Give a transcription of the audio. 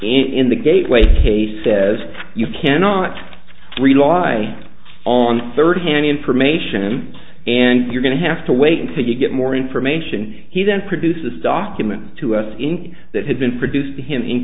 in the gateway case says you cannot rely on third hand information and you're going to have to wait until you get more information he then produces documents to us in case that had been produced to him in